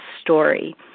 story